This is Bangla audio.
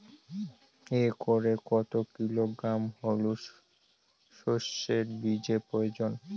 একরে কত কিলোগ্রাম হলুদ সরষে বীজের প্রয়োজন?